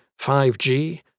5G